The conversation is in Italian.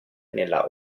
nella